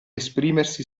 esprimersi